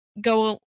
go